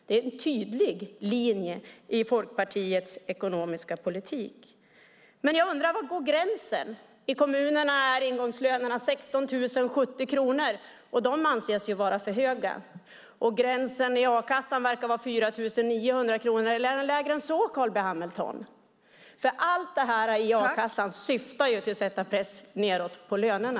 Det är en tydlig linje i Folkpartiets ekonomiska politik. Jag undrar: Var går gränsen? I kommunerna är ingångslönerna 16 070 kronor, och de anses vara för höga. Och gränsen i a-kassan verkar vara 4 900 kronor, eller är den lägre än så, Carl B Hamilton? Allt detta i a-kassan syftar ju till att sätta press nedåt på lönerna.